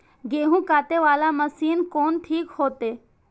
गेहूं कटे वाला मशीन कोन ठीक होते?